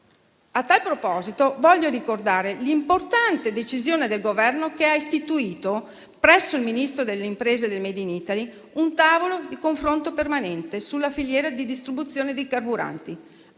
A tal proposito, voglio ricordare l'importante decisione del Governo, che ha istituito, presso il Ministero delle imprese e del *made in Italy*, un tavolo di confronto permanente sulla filiera di distribuzione dei carburanti,